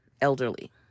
elderly